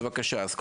בבקשה.